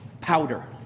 powder